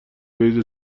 بریزه